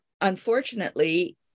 unfortunately